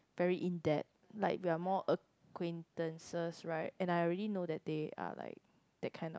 very in depth like we're more acquaintances right and I already know that day ah like that kind of